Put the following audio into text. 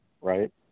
right